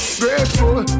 grateful